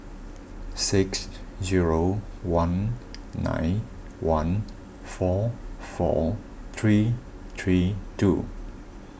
six zero one nine one four four three three two